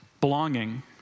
Belonging